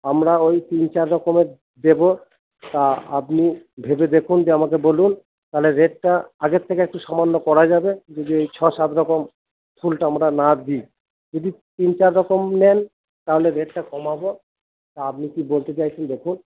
আমরা ওই তিন চার রকমের দেব তা আপনি ভেবে দেখুন যে আমাকে বলুন তাহলে রেটটা আগের থেকে একটু সামান্য করা যাবে যদি ঐ ছ সাত রকম ফুলটা আমরা না দিই যদি তিন চার রকম নেন তাহলে রেটটা কমাবো তা আপনি কি বলতে চাইছেন দেখুন